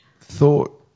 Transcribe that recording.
thought